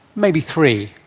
maybe three.